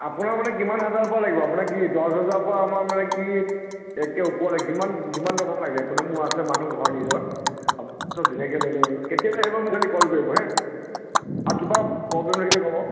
আপোনাৰ মানে কিমান হাজাৰৰ পৰা লাগিব আপোনাৰ কি দহ হাজাৰৰ পৰা আমাৰ মানে কি তাতকে ওপৰত লাগে যিমান যিমান টকাৰ লাগে মানে মোৰ আছে মানুহ ঘৰৰ নিজৰ কেতিয়াকে আহিব খালী মোক কল কৰিব হাঁ আৰু কিবা প্ৰৱ্লেম থাকিলে ক'ব